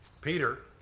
Peter